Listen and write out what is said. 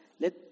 let